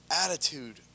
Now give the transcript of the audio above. attitude